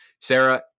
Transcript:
Sarah